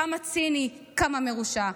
כמה ציני, כמה מרושע.